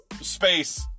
space